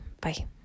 Bye